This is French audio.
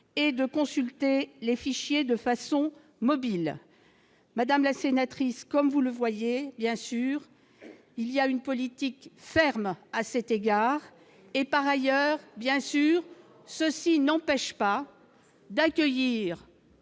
et de consulter les fichiers de façon mobile madame la sénatrice, comme vous le voyez bien sûr, il y a une politique ferme à cet égard, et par ailleurs bien sûr ceci n'empêche pas d'accueillir.